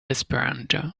esperanto